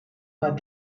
but